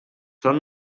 són